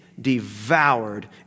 devoured